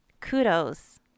kudos